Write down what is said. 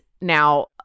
Now